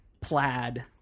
plaid